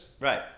right